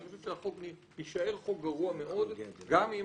אני חושב שהחוק יישאר חוק גרוע מאוד גם אם